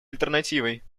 альтернативой